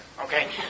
Okay